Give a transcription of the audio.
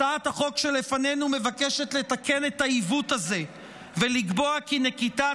הצעת החוק שלפנינו מבקשת לתקן את העיוות הזה ולקבוע כי נקיטת